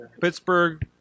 Pittsburgh